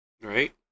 Right